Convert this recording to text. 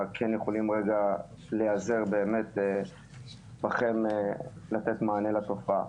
יכולים רגע להיעזר באמת בכם לתת מענה לתופעה.